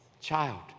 Child